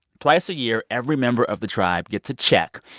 twice a year, every member of the tribe gets a check.